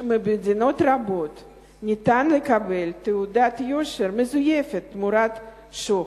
שבמדינות רבות ניתן לקבל תעודת יושר מזויפת תמורת שוחד?